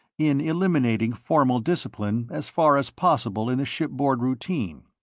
in eliminating formal discipline as far as possible in the shipboard routine.